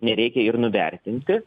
nereikia ir nuvertinti